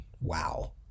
Wow